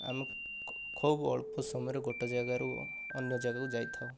ଆମେ ଖୁବ ଅଳ୍ପ ସମୟରେ ଗୋଟିଏ ଜାଗାରୁ ଅନ୍ୟ ଜାଗାକୁ ଯାଇଥାଉ